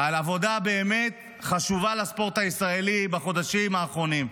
על עבודה באמת חשובה לספורט הישראלי בחודשים האחרונים.